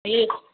ஐயய்யோ